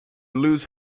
lose